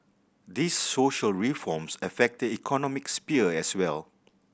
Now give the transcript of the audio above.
these social reforms affect the economic sphere as well